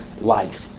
life